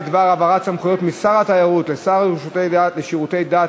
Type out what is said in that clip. בדבר העברת סמכויות משר התיירות לשר לשירותי דת,